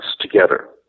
together